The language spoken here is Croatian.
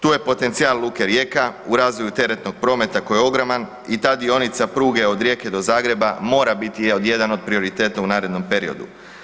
Tu je potencijal luke Rijeka u razvoju teretnog prometa koji je ogroman i ta dionica pruge od Rijeke do Zagreba mora biti jedan od prioriteta u narednom periodu.